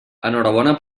enhorabona